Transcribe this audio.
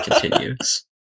continues